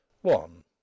one